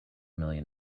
million